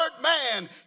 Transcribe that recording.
man